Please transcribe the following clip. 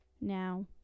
now